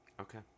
Okay